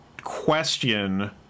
question